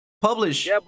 publish